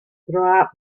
throughout